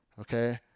Okay